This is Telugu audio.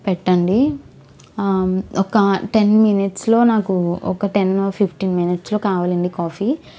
పెట్టండి ఒక టెన్ మినిట్స్లో నాకు ఒక టెన్ ఆర్ ఫిఫ్టీన్ మినిట్స్లో కావాలి అండి కాఫీ